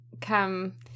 come